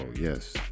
yes